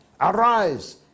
Arise